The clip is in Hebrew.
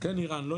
כן איראן,